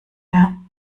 mehr